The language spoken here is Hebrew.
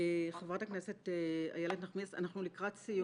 חברת הכנסת איילת נחמיאס, אנחנו לקראת סיום.